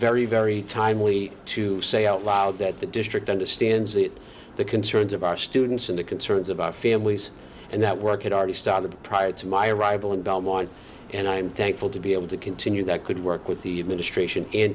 very very timely to say out loud that the district understands the concerns of our students and the concerns of our families and that work it already started prior to my arrival in belmont and i'm thankful to be able to continue that could work with the administration in